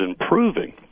improving